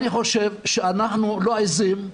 אני חושב שאנחנו לא עיזים,